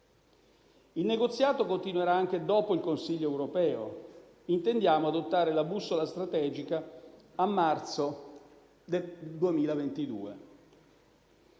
Il negoziato continuerà anche dopo il Consiglio europeo. Intendiamo adottare la bussola strategica a marzo 2022;